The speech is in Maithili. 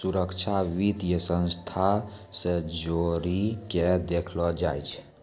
सुरक्षा वित्तीय संस्था से जोड़ी के देखलो जाय छै